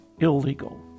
illegal